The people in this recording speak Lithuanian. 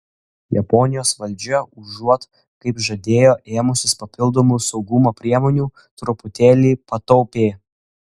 japonijos valdžia užuot kaip žadėjo ėmusis papildomų saugumo priemonių truputėlį pataupė